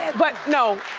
but no.